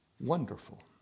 Wonderful